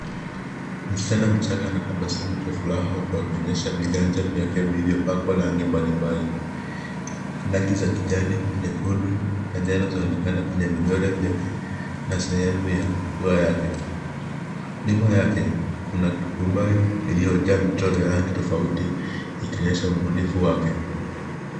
Msichana mchanga anatabasamu kwa furaha huku akionyesha viganja vyake vilivyopakwa rangi mbalimbali. Rangi za kijani, nyekundu na njano zinaonekana kwenye vidole vyake na sehemu ya pua yake. Nyuma yake kuna turubai iliyojaa vichora rangi tofauti ikionyesha ubunifu wake.